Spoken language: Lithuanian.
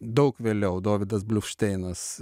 daug vėliau dovydas bluvšteinas